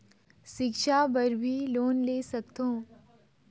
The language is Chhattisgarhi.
सिक्छा बर भी लोन ले सकथों?